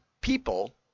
people